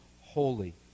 holy